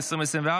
2024,